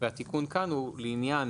והתיקון כאן הוא לעניין